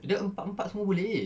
dia empat-empat semua boleh